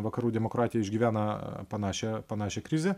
vakarų demokratija išgyvena panašią panašią krizę